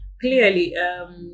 Clearly